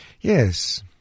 Yes